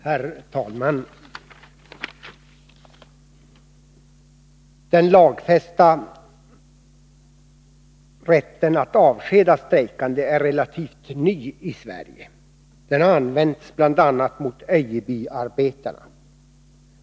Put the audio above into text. Herr talman! Den lagfästa rätten att avskeda strejkande är relativt ny i Sverige. Den har använts bl.a. mot Öjebyarbetarna.